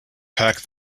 pack